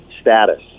status